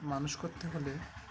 মানুষ করতে হলে